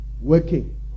working